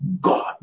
God